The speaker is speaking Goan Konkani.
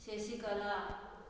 शशिकला